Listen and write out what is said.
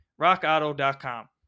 RockAuto.com